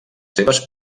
seves